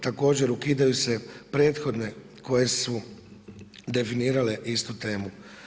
Također ukidaju se prethodne koje su definirale istu temu.